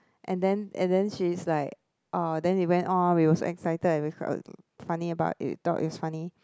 and then and then she's like orh then we went on we were so excited and funny about it thought it was funny